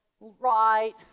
right